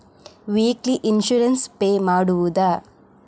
Weekly insurance pay ಮಾಡುವುದ?